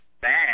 bad